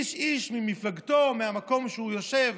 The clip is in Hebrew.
איש-איש ממפלגתו, מהמקום שהוא יושב: